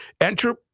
enter